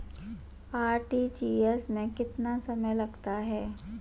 RTGS में कितना समय लगता है?